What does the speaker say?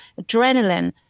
adrenaline